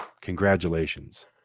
Congratulations